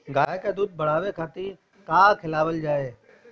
गाय क दूध बढ़ावे खातिन का खेलावल जाय?